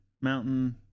Mountain